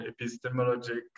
epistemological